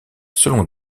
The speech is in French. selon